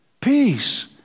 peace